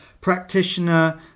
practitioner